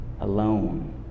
alone